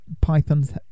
python's